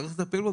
צריך לטפל בו.